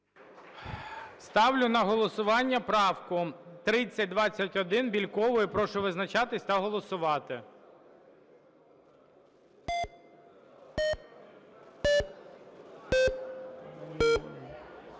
Ставлю на голосування правку 3020 Івченка. Прошу визначатись та голосувати.